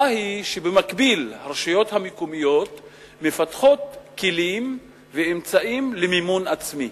שבמקביל הרשויות המקומיות מפתחות כלים ואמצעים למימון עצמי.